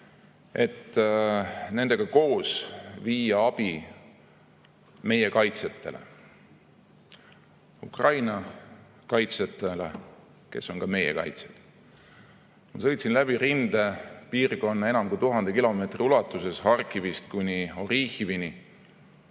et nendega koos viia abi meie kaitsjatele – Ukraina kaitsjatele, kes on ka meie kaitsjad. Ma sõitsin läbi rindepiirkonna enam kui 1000 kilomeetri ulatuses Harkivist kuni Orihhivini.